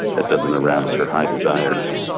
that doesn't arouse her high desires.